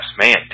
Man